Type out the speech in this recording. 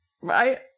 right